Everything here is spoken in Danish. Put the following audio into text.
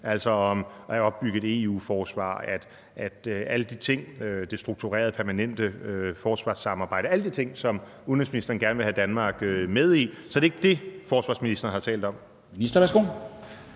altså om at opbygge et EU-forsvar og det strukturerede permanente forsvarssamarbejde og alle de ting, som udenrigsministeren gerne vil have Danmark med i; så er det ikke det, forsvarsministeren har talt om?